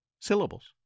syllables